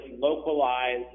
localized